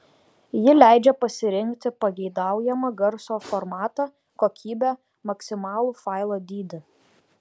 ji leidžia pasirinkti pageidaujamą garso formatą kokybę maksimalų failo dydį